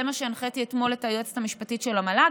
זה מה שהנחיתי אתמול את היועצת המשפטית של המל"ג.